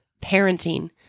parenting